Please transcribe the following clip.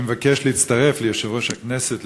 אני מבקש להצטרף ליושב-ראש הכנסת,